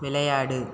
விளையாடு